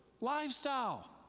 lifestyle